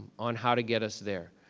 on how to get us there,